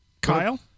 Kyle